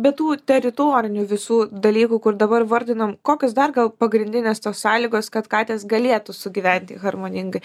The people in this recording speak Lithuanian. be tų teritorinių visų dalykų kur dabar vardinom kokios dar gal pagrindinės tos sąlygos kad katės galėtų sugyventi harmoningai